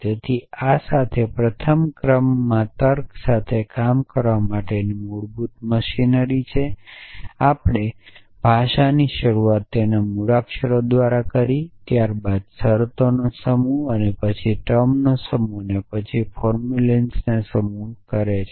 તેથી આ સાથે પ્રથમ ક્રમમાં તર્ક સાથે કામ કરવા માટેની મૂળભૂત મશીનરી છે આપણે ભાષાની શરૂઆત તેને મૂળાક્ષરો દ્વારા કરી ત્યારબાદ શરતોનો સમૂહ પછી ટર્મનો સમૂહ અને પછી ફોર્મ્યુલેન્સના સમૂહથી કરી છે